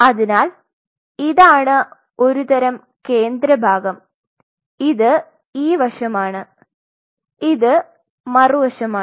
അതിനാൽ ഇതാണ് ഒരു തരം കേന്ദ്ര ഭാഗം ഇത് ഈ വശമാണ് ഇത് മറുവശമാണ്